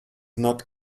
not